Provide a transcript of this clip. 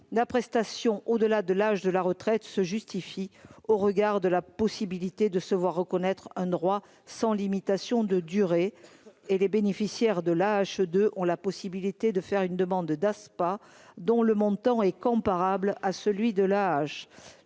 la prestation au-delà de l'âge de la retraite se justifie au regard de la possibilité de se voir reconnaître un droit sans limitation de durée et les bénéficiaires de la hache de ont la possibilité de faire une demande d'ASPA, dont le montant est comparable à celui de l'âge